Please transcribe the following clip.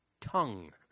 tongue